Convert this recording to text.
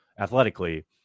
athletically